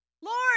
Lord